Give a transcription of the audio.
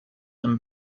and